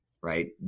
right